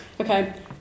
Okay